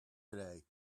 today